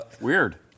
Weird